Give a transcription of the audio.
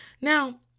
Now